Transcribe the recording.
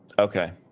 Okay